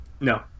No